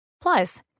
Plus